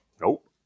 nope